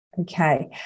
Okay